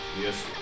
Yes